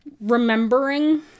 remembering